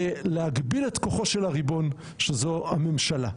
להגביל את כוחו של הריבון, שזו הממשלה,